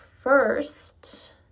first